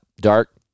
Dark